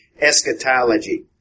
eschatology